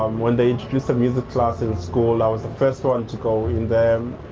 um when they introduced the music class in school, i was the first one to go in there.